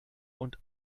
und